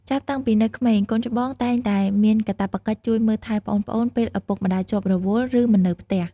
ចាប់តាំំងពីនៅក្មេង កូនច្បងតែងតែមានកាតព្វកិច្ចជួយមើលថែប្អូនៗពេលឪពុកម្ដាយជាប់រវល់ ឬមិននៅផ្ទះ។